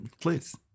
please